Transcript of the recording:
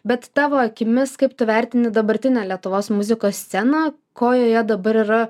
bet tavo akimis kaip tu vertini dabartinę lietuvos muzikos sceną ko joje dabar yra